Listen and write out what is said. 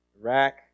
Iraq